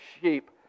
sheep